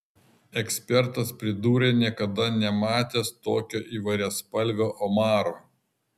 ekspertas pridūrė niekada nematęs tokio įvairiaspalvio omaro